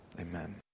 Amen